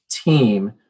team